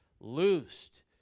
loosed